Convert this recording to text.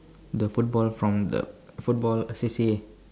the football from the football C_C_A